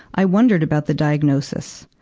i wondered about the diagnosis.